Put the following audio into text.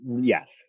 Yes